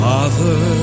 Father